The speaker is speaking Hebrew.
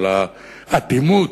על האטימות,